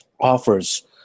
offers